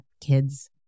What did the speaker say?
kids